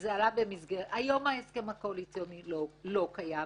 היום ההסכם הקואליציוני לא קיים.